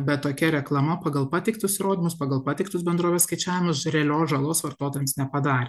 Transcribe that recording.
bet tokia reklama pagal pateiktus įrodymus pagal pateiktus bendrovės skaičiavimus realios žalos vartotojams nepadarė